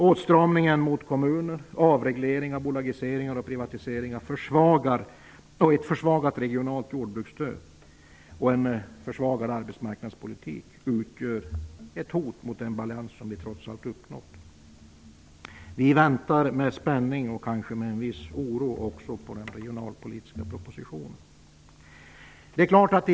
Åtstramningen av kommuner, avregleringar, bolagiseringar, privatiseringar, ett försvagat regionalt jordbruksstöd och en försvagat arbetsmarknadspolitik utgör ett hot mot den balans som vi trots allt har uppnått. Vi väntar med spänning och kanske med viss oro på den regionalpolitiska propositionen.